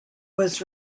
was